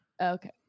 Okay